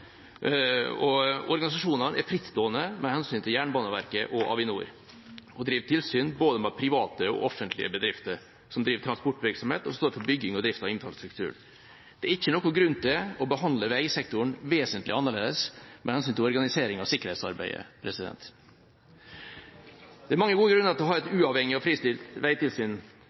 og organisasjonene er frittstående med hensyn til Jernbaneverket og Avinor og driver tilsyn med både private og offentlige bedrifter som driver med transportvirksomhet, og som står for bygging og drift av infrastruktur. Det er ingen grunn til å behandle veisektoren vesentlig annerledes med hensyn til organisering av sikkerhetsarbeidet. Det er mange gode grunner til å ha et uavhengig og fristilt veitilsyn.